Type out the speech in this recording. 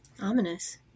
Ominous